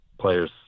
player's